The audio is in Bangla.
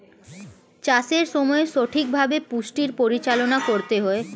চাষের সময় সঠিকভাবে পুষ্টির পরিচালনা করতে হয়